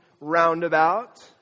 roundabout